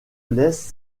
laisse